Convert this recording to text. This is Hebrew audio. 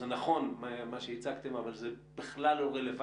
מה שהצגתם הוא נכון אבל הוא בכלל לא רלוונטי